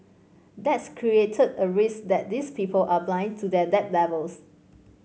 that's created a risk that these people are blind to their debt levels